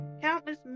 countless